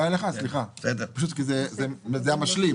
סליחה, פשוט זה המשלים.